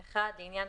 חלונות,